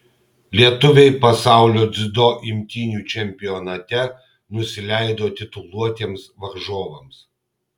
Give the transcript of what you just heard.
lietuviai pasaulio dziudo imtynių čempionate nusileido tituluotiems varžovams